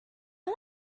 one